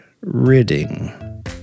ridding